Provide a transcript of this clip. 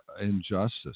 Injustice